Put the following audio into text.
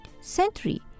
century